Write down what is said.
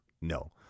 No